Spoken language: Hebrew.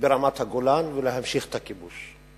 ברמת-הגולן ולהמשיך את הכיבוש.